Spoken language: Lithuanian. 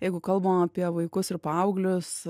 jeigu kalbam apie vaikus ir paauglius